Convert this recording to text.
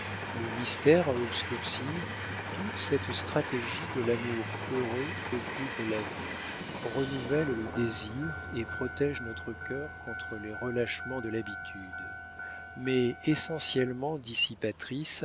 le mystère à obscurcir toute cette stratégie de l'amour heureux occupe la vie renouvelle le désir et protége notre cœur contre les relâchements de l'habitude mais essentiellement